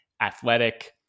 athletic